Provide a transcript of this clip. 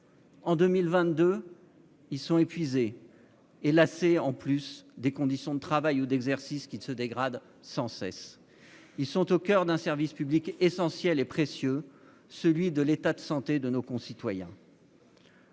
En 2022, ils sont épuisés et lassés des conditions de travail ou d'exercice qui se dégradent sans cesse. Ils sont au coeur d'un service public essentiel et précieux : nous leur confions l'état de santé de nos concitoyens.